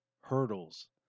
hurdles